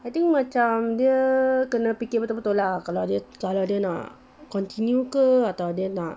I think macam dia kena fikir betul-betul lah kalau dia kalau dia nak continue ke atau dia nak